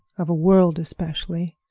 of a world especially,